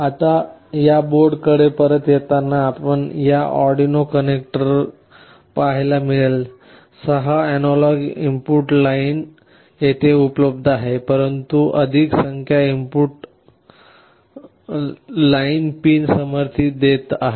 आता या बोर्डाकडे परत येताना आपल्याला या अर्डिनो कनेक्टर पाहायला मिळेल सहा अॅनालॉग इनपुट लाइन येथे उपलब्ध आहेत परंतु अधिक संख्या इनपुट लाइन पिन समर्थित आहेत